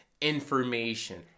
information